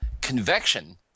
Convection